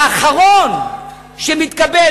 האחרון שמתקבל,